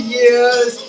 years